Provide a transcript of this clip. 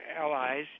allies